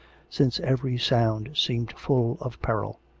since every sound seemed full of peril.